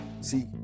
see